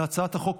להצעת החוק,